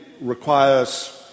requires